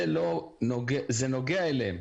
זה נוגע אליהם,